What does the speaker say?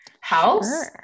house